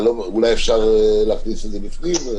אולי אפשר להכניס את זה בפנים?